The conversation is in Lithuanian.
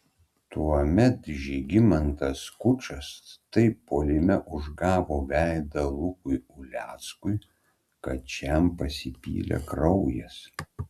tuomet žygimantas skučas taip puolime užgavo veidą lukui uleckui kad šiam pasipylė kraujas